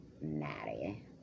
Maddie